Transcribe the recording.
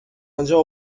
آنجا